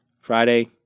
Friday